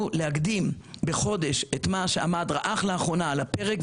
להקדים בחודש את מה שעמד אך לאחרונה על הפרק,